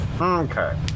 Okay